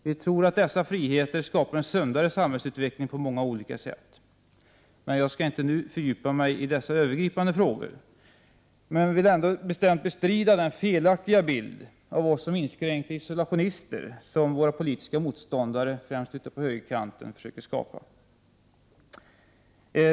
Vi tror att dessa friheter skapar en sundare samhällsutveckling på många olika sätt. Jag skall inte nu fördjupa mig i dessa övergripande frågor. Men jag vill ändå bestämt bestrida den felaktiga bild av oss — som inskränkta isolationister — som våra politiska motståndare, främst ute på högerkanten, försöker skapa.